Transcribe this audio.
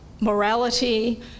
morality